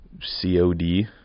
COD